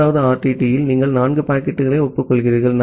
3 வது ஆர்டிடியில் நீங்கள் 4 பாக்கெட்டுகளை ஒப்புக்கொள்கிறீர்கள்